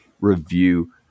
review